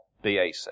BAC